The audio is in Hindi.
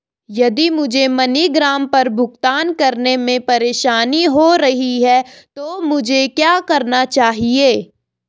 यदि मुझे मनीग्राम पर भुगतान करने में परेशानी हो रही है तो मुझे क्या करना चाहिए?